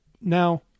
Now